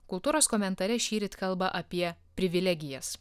kultūros komentare šįryt kalba apie privilegijas